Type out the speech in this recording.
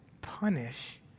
punish